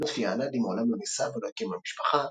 לוטפיה א-נאדי מעולם לא נישאה ולא הקימה משפחה.